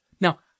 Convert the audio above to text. Now